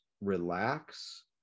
relax